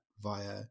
via